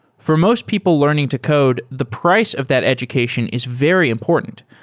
for most people learn ing to code, the price of that education is very important,